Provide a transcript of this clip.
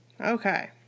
okay